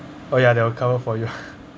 oh yeah they'll cover for you